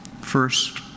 First